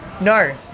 No